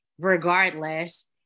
regardless